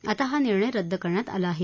आता हा निर्णय आता रद्द करण्यात आला आहे